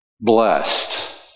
Blessed